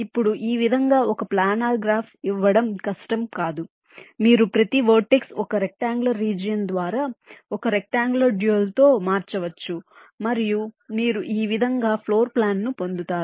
ఇప్పుడు ఈ విధంగా ఒక ప్లానర్ గ్రాఫ్ ఇవ్వడం కష్టం కాదు మీరు ప్రతి వర్టెక్స్ ఒక రెక్ట్అంగుళర్ రీజియన్ ద్వారా ఒక రెక్ట్అంగుళర్ డ్యూయల్ తో మార్చవచ్చు మరియు మీరు ఈ విధంగా ఫ్లోర్ ప్లాన్ ను పొందుతారు